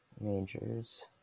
Majors